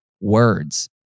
words